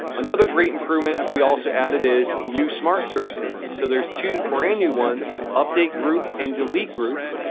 another great improvement we also added is new smart services. so there's two brand new ones, update group and delete group.